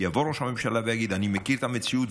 יבוא ראש הממשלה ויגיד: אני מכיר את המציאות,